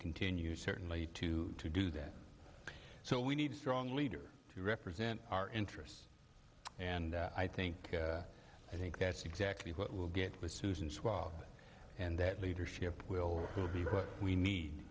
continue certainly to do that so we need strong leader to represent our interests and i think i think that's exactly what will get with susan schwab and that leadership will will be what we need